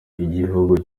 igihugu